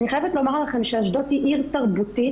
אני חייבת לומר לכם שאשדוד היא עיר תרבותית,